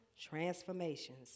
transformations